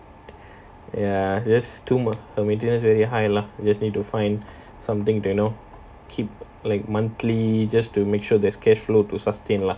ya this to her maintenance very high lah just need to find something to you know keep like monthly just to make sure there's cash flow to sustain lah